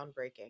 groundbreaking